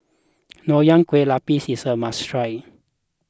Nonya Kueh Lapis is a must try